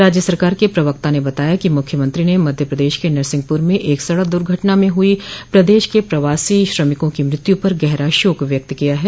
राज्य सरकार के प्रवक्ता ने बताया कि मुख्यमंत्री ने मध्य प्रदेश के नरसिंहपुर में एक सड़क दुर्घटना में हुई प्रदेश के प्रवासी श्रमिकों की मृत्य पर गहरा शोक व्यक्त किया है